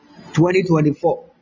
2024